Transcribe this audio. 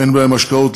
אין בהם השקעות,